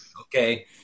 okay